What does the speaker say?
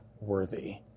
worthy